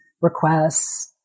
requests